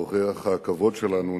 אורח הכבוד שלנו,